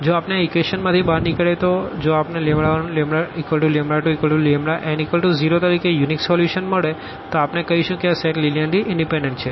જો આપણે આ ઇક્વેશનમાંથી બહાર નીકળીએ તો જો આપણે 12n0તરીકે યુનિક સોલ્યુશન મળે તો અમે કહીશું કે આ સેટ લીનીઅર્લી ઇનડીપેનડન્ટ છે